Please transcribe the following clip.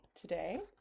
today